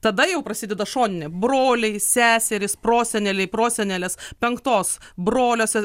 tada jau prasideda šoninė broliai seserys proseneliai prosenelės penktos broliuose